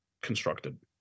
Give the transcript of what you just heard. constructed